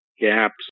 gaps